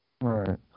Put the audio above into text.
Right